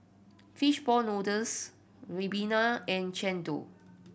fish ball noodles ribena and chendol